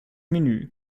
menü